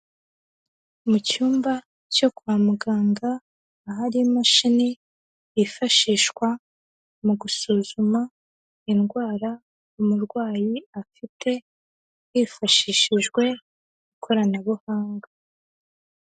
Mu cyumba cyo kwa muganga, ahari imashini yifashishwa mu gusuzuma indwara umurwayi afite, hifashishijwe ikoranabuhanga.